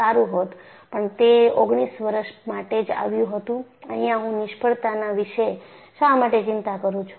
સારું હોત પણ તે 19 વર્ષ માટે જ આવ્યું હતું અહિયાં હું નિષ્ફળતાના વિશે શા માટે ચિંતા કરું છું